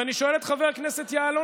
ואני שואל גם את חבר הכנסת יעלון.